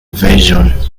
version